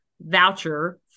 voucher